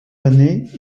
années